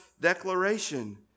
declaration